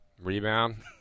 Rebound